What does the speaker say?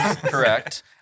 Correct